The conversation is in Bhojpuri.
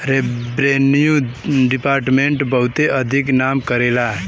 रेव्रेन्यू दिपार्ट्मेंट बहुते अधिक नाम करेला